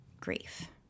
grief